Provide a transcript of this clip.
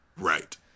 Right